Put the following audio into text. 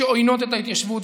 שעוינות את ההתיישבות,